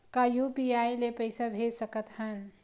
का यू.पी.आई ले पईसा भेज सकत हन?